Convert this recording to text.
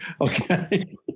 Okay